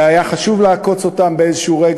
והיה חשוב לעקוץ אותם באיזשהו רגע,